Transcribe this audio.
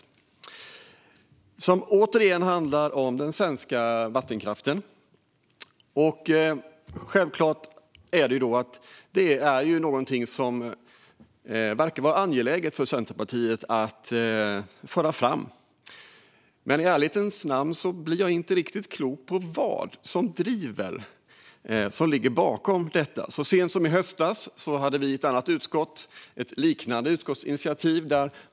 Det handlar återigen om den svenska vattenkraften. Det verkar vara angeläget för Centerpartiet att föra fram, men i ärlighetens namn blir jag inte riktigt klok på vad som ligger bakom detta. Så sent som i höstas hade vi i ett annat utskott ett liknande utskottsinitiativ.